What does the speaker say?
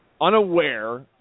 unaware